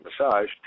massage